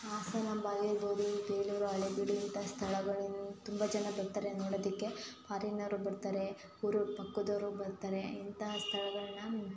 ಹಾಸನಾಂಬ ಆಗಿರ್ಬೋದು ಬೇಲೂರು ಹಳೆಬೀಡು ಇಂತಹ ಸ್ಥಳಗಳನ್ನ ತುಂಬ ಜನ ಬರ್ತಾರೆ ನೋಡೋದಿಕ್ಕೆ ಫಾರಿನ್ ಅವರು ಬರ್ತಾರೆ ಊರೂರು ಪಕ್ಕದೂರವರು ಬರ್ತಾರೆ ಇಂತಹ ಸ್ಥಳಗಳನ್ನು